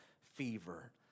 fever